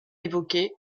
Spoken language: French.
évoqués